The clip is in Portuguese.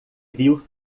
viu